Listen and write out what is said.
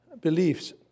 beliefs